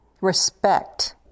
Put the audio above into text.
Respect